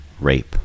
rape